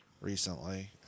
recently